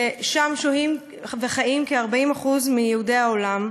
ושם שוהים וחיים כ-40% מיהודי העולם.